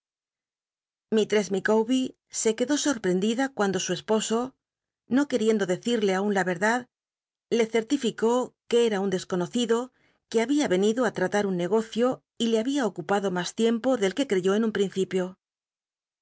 ress micawher se quedó soi'pi'endida cuando su esposo no quel'icndo decide mm la verdad le cctlificó que era un desconocido que babia venido á un negocio y le había ocupado mas tiempo del que creyó en un principio